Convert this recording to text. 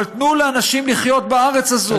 אבל תנו לאנשים לחיות בארץ הזאת.